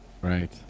Right